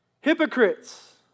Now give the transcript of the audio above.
Hypocrites